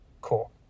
cool